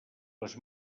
les